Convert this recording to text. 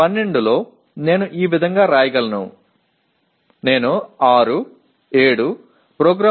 12 PO க்களில் நான் அவ்வாறு எழுத முடியும் அதில் 6 7 பி